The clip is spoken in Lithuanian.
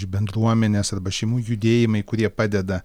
iš bendruomenės arba šeimų judėjimai kurie padeda